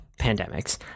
pandemics